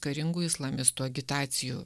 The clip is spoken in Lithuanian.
karingų islamistų agitacijų